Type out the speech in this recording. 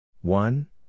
one